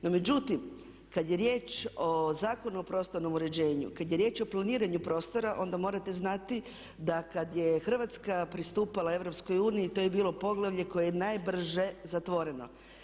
No međutim, kada je riječ o Zakonu o prostornom uređenju, kada je riječ o planiranju prostora onda morate znati da kada je Hrvatska pristupala EU to je bilo poglavlje koje je najbrže zatvoreno.